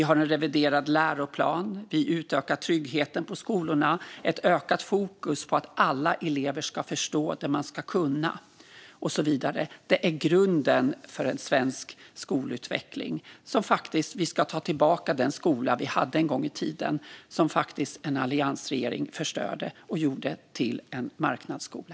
De gäller en reviderad läroplan, att utöka tryggheten på skolorna, ett ökat fokus på att alla elever ska förstå vad de ska kunna och så vidare. Det är grunden för svensk skolutveckling. Vi ska ta tillbaka den skola vi hade en gång i tiden som alliansregeringen förstörde och gjorde till en marknadsskola.